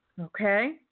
Okay